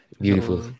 beautiful